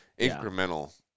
incremental